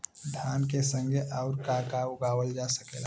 धान के संगे आऊर का का उगावल जा सकेला?